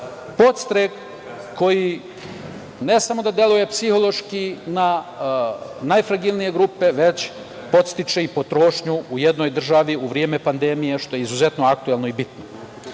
podstrek koji ne samo da deluje psihološki na najfragilnije grupe, već podstiče i potrošnju u jednoj državi u vreme pandemije, što je izuzetno aktuelno i bitno. Na